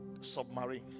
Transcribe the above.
submarine